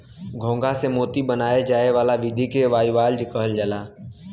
घोंघा से मोती बनाये जाए वाला विधि के बाइवाल्वज कहल जाला